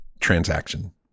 transaction